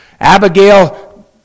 Abigail